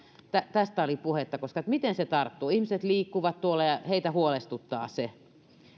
tästä oli puhetta miten se tarttuu ihmiset liikkuvat tuolla ja heitä huolestuttaa se